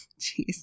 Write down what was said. Jeez